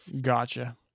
Gotcha